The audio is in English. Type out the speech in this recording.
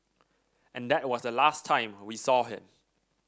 and that was the last time we saw him